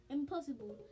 Impossible